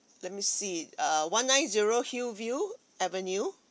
let me see uh one nine zero hillview avenue